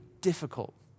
difficult